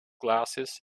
glasses